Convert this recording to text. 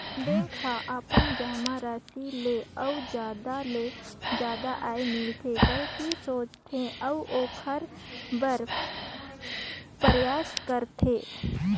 bank हर अपन जमा राशि ले अउ जादा ले जादा आय मिले कहिके सोचथे, अऊ ओखर बर परयास करथे